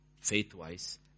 faith-wise